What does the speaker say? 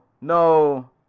No